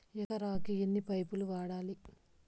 ఎకరాకి ఎన్ని పైపులు వాడాలి?